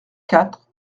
quatre